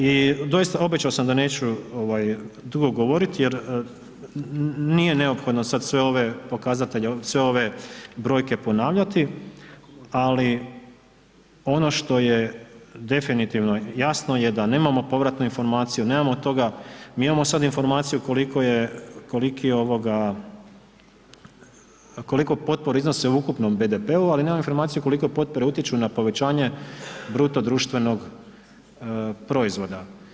I doista, obećo sam da neću ovaj dugo govoriti jer nije neophodno sad sve ove pokazatelje, sve ove brojke ponavljati, ali ono što je definitivno jasno je da nemamo povratnu informaciju, nemamo toga, mi imamo sad informaciju koliko je, koliki je ovoga, koliko potpore iznose u ukupnom BDP-u, ali nemamo informacije koliko potpore utječu na povećanje bruto društvenog proizvoda.